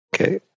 Okay